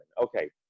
Okay